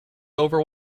over